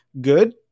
good